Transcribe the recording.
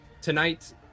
Tonight